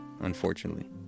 unfortunately